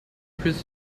chris